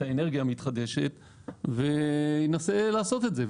האנרגיה המתחדשת וינסה לעשות את זה.